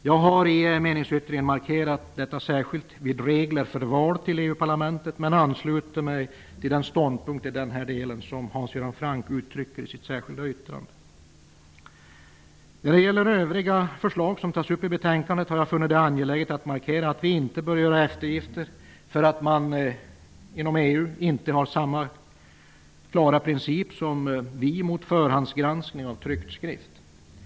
Jag har i meningsyttringen särskilt markerat detta vid momentet om val till EU-parlamentet, men ansluter mig i den här delen till den ståndpunkt som Hans Göran Franck uttrycker i sitt särskilda yttrande. När det gäller övriga förslag som tas upp i betänkandet har jag funnit det angeläget att markera att vi inte bör göra eftergifter när det gäller förhandsgranskning av tryckt skrift. I EU har man inte samma klara prinicp mot detta.